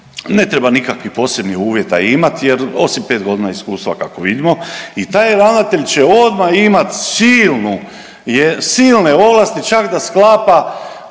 ne treba nikakvih posebnih uvjeta imati, jer osim pet godina iskustva kako vidimo i taj ravnatelj će odmah imati silne ovlasti čak da sklapa